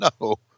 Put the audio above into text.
no